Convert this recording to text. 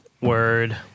Word